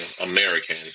american